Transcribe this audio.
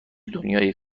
دنیای